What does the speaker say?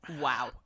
Wow